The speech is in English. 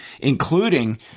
including